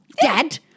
Dad